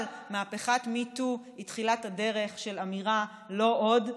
אבל מהפכת MeToo היא תחילת הדרך של אמירה: לא עוד,